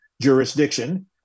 jurisdiction